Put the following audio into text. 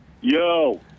Yo